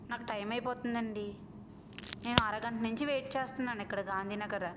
నాకు టైం అయిపోతుందండి నేను అరగంట నుంచి వెయిట్ చేస్తున్నాను ఇక్కడ గాంధీ నగర